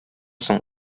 соң